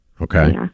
Okay